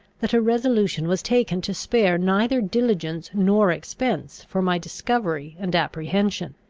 that a resolution was taken to spare neither diligence nor expense for my discovery and apprehension,